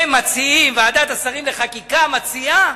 ועדת השרים לחקיקה מציעה